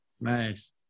Nice